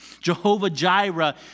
Jehovah-Jireh